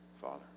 Father